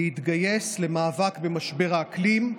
להתגייס למאבק במשבר האקלים,